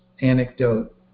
anecdote